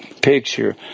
picture